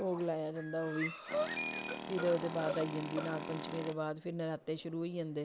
भोग लाया जंदा ओ वि फिर ओह्दे बाद आई जन्दी नाग पंचमी दे बाद फिर नराते शुरू होई जन्दे